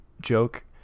joke